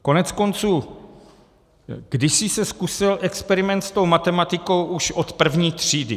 Koneckonců kdysi se zkusil experiment s tou matematikou už od první třídy.